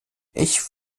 ich